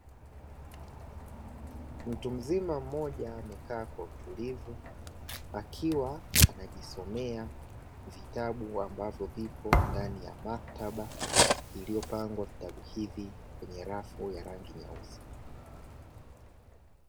Mtu mzima mmoja amekaa kwa utulivu, akiwa anajisomea vitabu ambavyo vipo ndani ya maktaba, iliyopangwa vitabu hivi kwenye rafu ya rangi nyeusi.